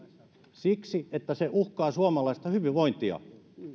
siksi että se uhkaa suomalaista hyvinvointia